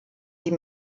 sie